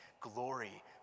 glory